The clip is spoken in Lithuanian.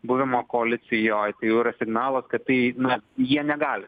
buvimą koalicijoj tai jau yra signalas kad tai na jie negali